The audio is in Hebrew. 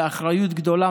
באחריות גדולה,